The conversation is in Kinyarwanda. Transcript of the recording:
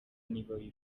nifuza